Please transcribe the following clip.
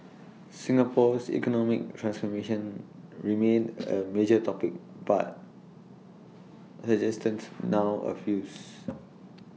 Singapore's economic transformation remained A major topic but suggestions now A focused